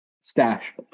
stash